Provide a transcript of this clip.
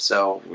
so,